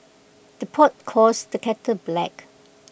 the pot calls the kettle black